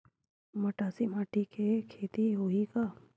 मटासी माटी म के खेती होही का?